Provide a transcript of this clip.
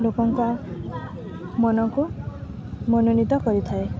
ଲୋକଙ୍କ ମନକୁ ମନୋନୀତ କରିଥାଏ